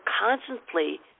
constantly